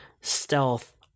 stealth